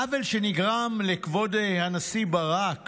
העוול שנגרם לכבוד הנשיא ברק